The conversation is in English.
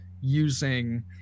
using